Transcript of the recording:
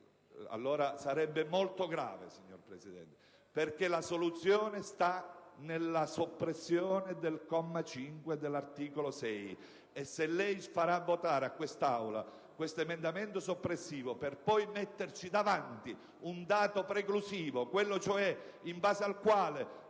allora ciò sarebbe molto grave, signor Presidente. La soluzione sta nella soppressione del comma 5 dell'articolo 6. Se lei farà votare a quest'Aula questo emendamento soppressivo, per poi metterci davanti ad una preclusione in quanto